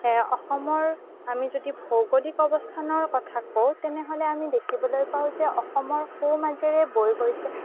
অসমৰ আমি যদি ভৌগলিক অৱস্থানৰ কথা কওঁ তেনেহ'লে আমি দেখিবলৈ পাওঁ যে অসমৰ সোঁমাজেৰে বৈ গৈছে